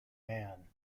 man